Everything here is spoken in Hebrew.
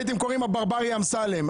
הייתם קוראים לו "הברברי אמסלם".